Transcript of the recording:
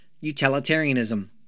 Utilitarianism